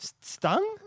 Stung